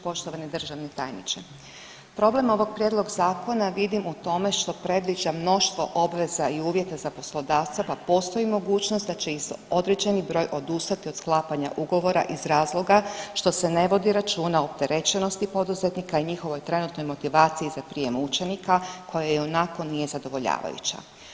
Poštovani državni tajniče, problem ovog prijedloga zakona vidim u tome što predviđa mnoštvo obveza i uvjeta za poslodavca da postoji mogućnost da će ih se određeni broj odustati od sklapanja ugovora iz razloga što se ne vodi računa opterećenosti poduzetnika i njihovoj trenutnoj motivaciji za prijem učenika koji ionako nije zadovoljavajuća.